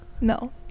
no